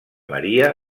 maria